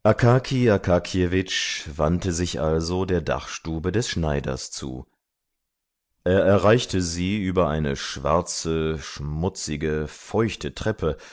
wandte sich also der dachstube des schneiders zu er erreichte sie über eine schwarze schmutzige feuchte treppe